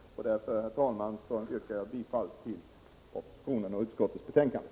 Därför yrkar jag bifall till propositionen och utskottets hemställan.